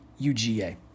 UGA